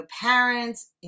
parents